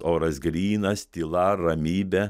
oras grynas tyla ramybe